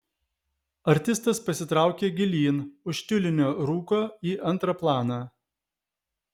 artistas pasitraukė gilyn už tiulinio rūko į antrą planą